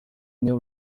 new